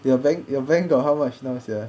your bank your bank got how much now sia